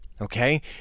okay